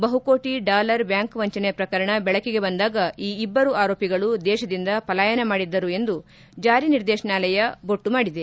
ಬಹುಕೋಟ dollar bank ವಂಚನೆ ಪ್ರಕರಣ ಬೆಳಕಿಗೆ ಬಂದಾಗ ಈ ಇಬ್ಲರು ಆರೋಪಿಗಳು ದೇಶದಿಂದ ಪಾಲಾಯನ ಮಾಡಿದ್ದರು ಎಂದು ಜಾರಿ ನಿರ್ದೇಶನಾಲಯ ಬೊಟ್ಟು ಮಾಡಿದೆ